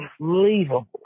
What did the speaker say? unbelievable